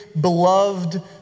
beloved